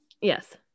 Yes